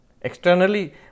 Externally